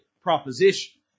proposition